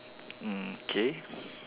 mm k